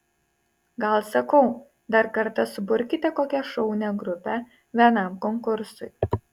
gal sakau dar kartą suburkite kokią šaunią grupę vienam konkursui